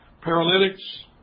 paralytics